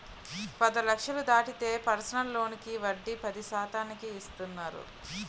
పది లక్షలు దాటితే పర్సనల్ లోనుకి వడ్డీ పది శాతానికి ఇస్తున్నారు